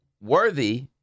worthy